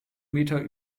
meter